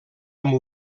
amb